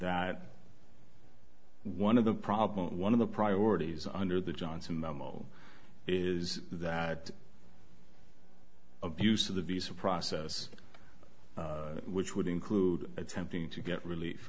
that one of the problems one of the priorities under the johnson memo is that abuse of the visa process which would include attempting to get relief